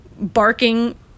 barking